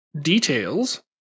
Details